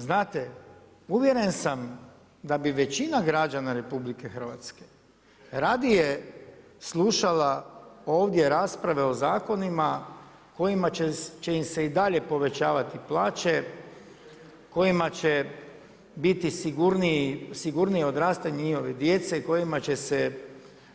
Ali znate, uvjeren sam da bi većina građana RH radije slušala ovdje rasprave o zakonima kojima će im se i dalje povećavati plaće, kojima će biti sigurnije odrastanje njihove djece, kojima će se